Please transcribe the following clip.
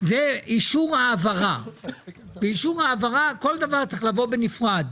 זה אישור העברה ובאישור העברה כל דבר צריך לבוא בנפרד.